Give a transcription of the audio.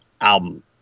album